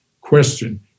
Question